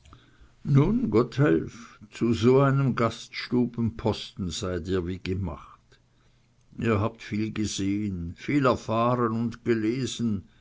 nun gotthelf zu so einem gaststubenposten seid ihr wie gemacht ihr habt viel gesehen viel erfahren und gelesen